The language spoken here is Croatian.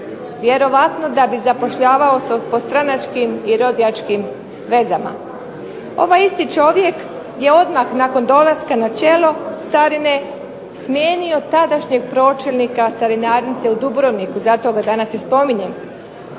vjerovatno da bi zapošljavao po stranačkim i rodijačkim vezama. Ovaj isti čovjek je odmah nakon dolaska na čelo carine smijenio tadašnjeg pročelnika carinarnice u Dubrovniku, zato ga danas i spominjem.